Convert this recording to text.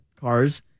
cars